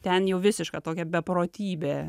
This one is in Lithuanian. ten jau visiška tokia beprotybė